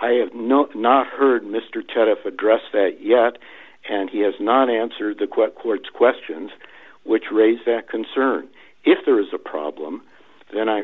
i have no not heard mr ted if addressed that yet and he has not answered the quote court questions which raise that concern if there is a problem then i